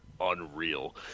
Unreal